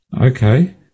Okay